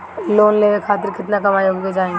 Loan लेवे खातिर केतना कमाई होखे के चाही?